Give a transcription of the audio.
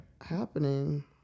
happening